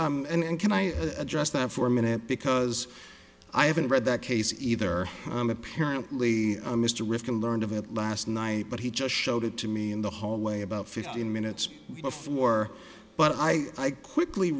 actually and can i address that for a minute because i haven't read that case either i'm apparently mr rifkin learned of it last night but he just showed it to me in the hallway about fifteen minutes before but i quickly